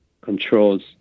controls